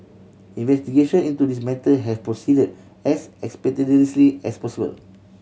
investigation into this matter have proceeded as expeditiously as possible